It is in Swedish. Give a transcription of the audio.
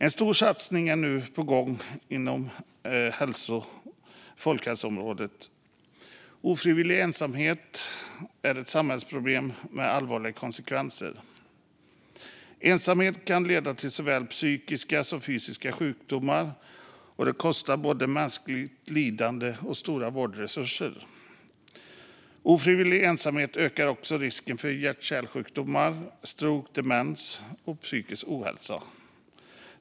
En stor satsning är nu på gång inom folkhälsoområdet. Ofrivillig ensamhet är ett samhällsproblem som får allvarliga konsekvenser. Ensamhet kan leda till såväl psykiska som fysiska sjukdomar och kosta både mänskligt lidande och stora vårdresurser. Ofrivillig ensamhet ökar också risken för hjärt-kärlsjukdomar, stroke, demens och psykisk ohälsa.